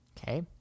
Okay